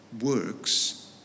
works